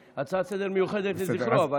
ונעשה הצעה לסדר-היום מיוחדת לזכרו.